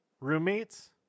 roommates